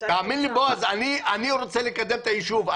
תאמין לי, בועז, אני רוצה לקדם את היישוב.